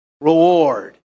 reward